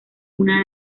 una